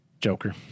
Joker